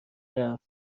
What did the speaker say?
رفت